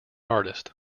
artist